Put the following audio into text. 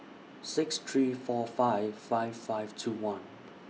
six three four five five five two one